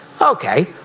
Okay